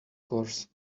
course